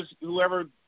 whoever